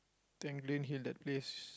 dangling in that face